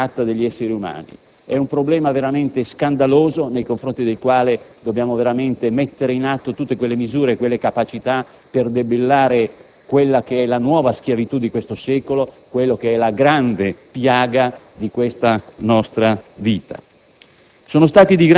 problema della tratta degli esseri umani. È un problema veramente scandaloso nei confronti del quale dobbiamo mettere in atto tutte quelle misure e quelle capacità per debellare quella che è la nuova schiavitù di questo secolo, quella che è la grande piaga di questa nostra epoca.